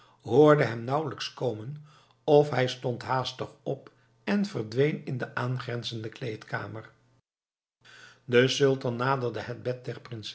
hoorde hem nauwelijks komen of hij stond haastig op en verdween in de aangrenzende kleedkamer de sultan naderde het bed